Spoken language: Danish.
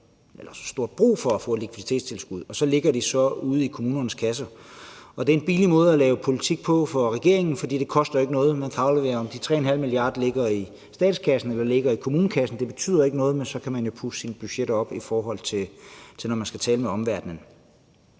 haft så stort behov for at få et likviditetstilskud, hvorfor pengene så ligger ude i kommunernes kasser. Det er en billig måde at lave politik på for regeringen, for det koster ikke noget. Om de 3,5 mia. kr. ligger i statskassen, eller om de ligger i kommunekassen, betyder ikke noget, men så kan man puste sine budgetter op, i forhold til når man skal tale med omverdenen.